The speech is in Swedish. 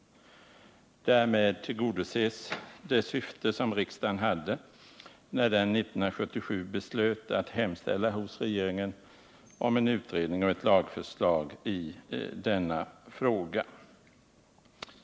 Därmed tillgodoses det syfte som riksdagen hade när den 1977 beslöt att hemställa hos regeringen om en utredning och ett lagförslag i denna fråga.